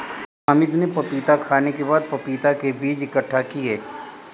अमित ने पपीता खाने के बाद पपीता के बीज इकट्ठा किए